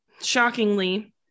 Shockingly